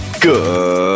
Good